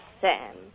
Sam